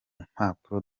mpanuro